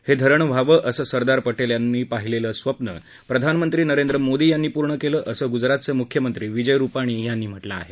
हे धरण व्हावं असं सरदार पटेलांनी पाहिलेलं स्वप्न प्रधानमंत्री नरेंद्र मोदी यांनी पूर्ण केलं असं गुजरातचे मुख्यमंत्री विजय रुपाणी यांनी म्हटलं आहे